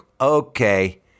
okay